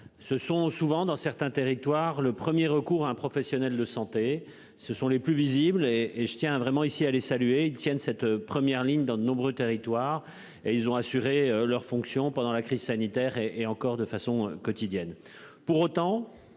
Ce sont souvent dans certains territoires le 1er recours à un professionnel de santé, ce sont les plus visibles et je tiens vraiment ici à les saluer ils tiennent cette première ligne dans de nombreux territoires et ils ont assuré leur fonction pendant la crise sanitaire et et encore de façon quotidienne. Pour autant,